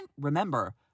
remember